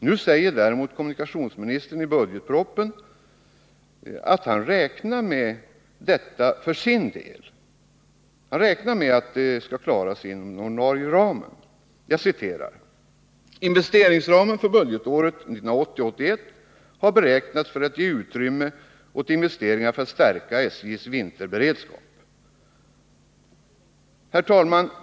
Nu säger däremot kommunikationsministern i budgetpropositionen att han räknar med detta för sin del — att förstärkningarna skall klaras inom den ordinarie ramen. Jag citerar: ”Investeringsramen för budgetåret 1980/81 har beräknats för att ge utrymme åt investeringar för att stärka SJ:s vinterberedskap.” Herr talman!